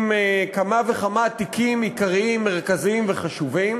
עם כמה וכמה תיקים עיקריים, מרכזיים וחשובים.